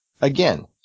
Again